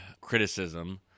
criticism